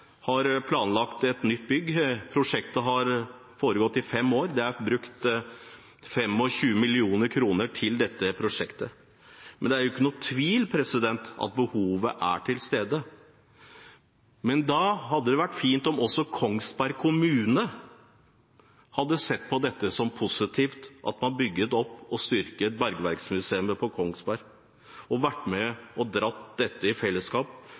har planlagt et nytt bygg. Prosjektet har pågått i fem år, og det er brukt 25 mill. kr til dette prosjektet. Det er ikke noen tvil om at behovet er til stede. Men da hadde det vært fint om også Kongsberg kommune hadde sett på det som positivt at man bygget opp og styrket bergverksmuseet, og vært med på å dra dette i fellesskap.